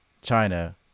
China